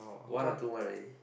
one or two one already